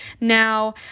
now